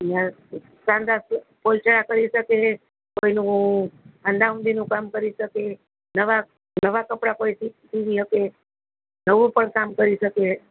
અહીંયા સાંધા ફોલ છેડા કરી શકે કોઈનું હાંધા હઉંધીનું કામ કરી શકે નવા નવા કપડા કોઈ સીવી શકે નવું પણ કામ કરી શકે